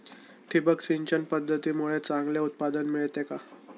ठिबक सिंचन पद्धतीमुळे चांगले उत्पादन मिळते का?